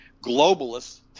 globalists